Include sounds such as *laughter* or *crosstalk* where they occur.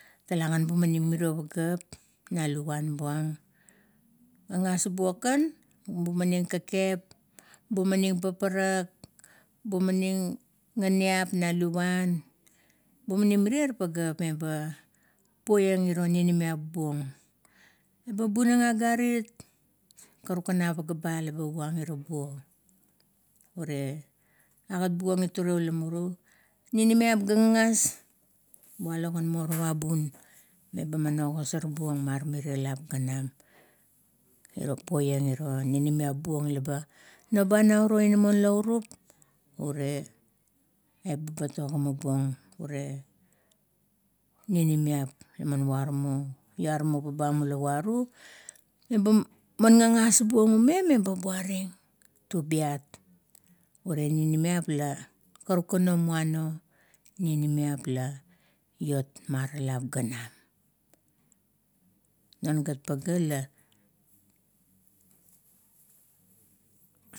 Tale gan bumag mirio pageap na luvuan buang, gagas buong kan. ga bumaning kekep bumaning paparak, bumaning ganeap na luvuan, bumaning mirier pageap meba puiang iro ninimiap buong. Eba bunanang agarit karukan apageaba leba buang ira buo. Ure agat buong it ure la muru. Ninimap ga gagas, walo gan morowa bun meba ogosarbuong mamirier lap ganam *hesitation* puiang iro ninimiap buong laba noba nou uro inamon, laurup, ure ebebet ogimabuong ure ninimiap lama varamo, laramo babam ula waru meba gagas bung ume eba buaring, tubiat. Ure ninimiap la karukan omuanao, ninimiap la iot maralap ganam. Non ga pagea la